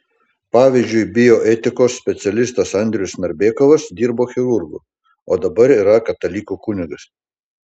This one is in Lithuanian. pavyzdžiui bioetikos specialistas andrius narbekovas dirbo chirurgu o dabar yra katalikų kunigas